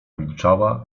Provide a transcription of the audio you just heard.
milczała